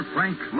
Frank